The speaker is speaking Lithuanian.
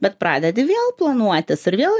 bet pradedi vėl planuotis ir vėl